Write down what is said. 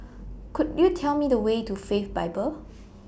Could YOU Tell Me The Way to Faith Bible